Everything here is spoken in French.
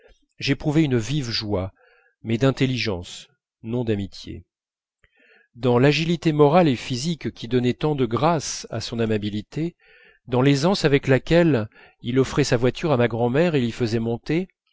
j'éprouvais une vive joie mais d'intelligence non d'amitié dans l'agilité morale et physique qui donnait tant de grâce à son amabilité dans l'aisance avec laquelle il offrait sa voiture à ma grand'mère et l'y faisait monter